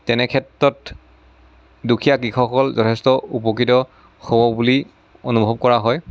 তেনেক্ষেত্ৰত দুখীয়া কৃষকসকল যথেষ্ট উপকৃত হ'ব বুলি অনুভৱ কৰা হয়